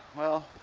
well,